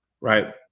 right